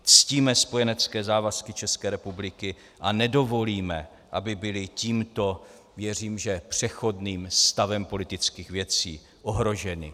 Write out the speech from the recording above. Ctíme spojenecké závazky České republiky a nedovolíme, aby byly tímto věřím, že přechodným stavem politických věcí ohroženy.